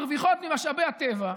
שמרוויחות ממשאבי הטבע,